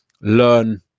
learn